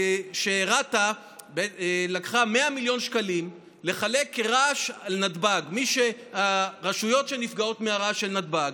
רת"א לקחה 100 מיליון שקלים לחלק לרשויות שנפגעות מהרעש של נתב"ג.